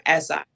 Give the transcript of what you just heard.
SI